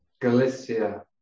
Galicia